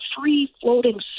free-floating